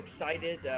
excited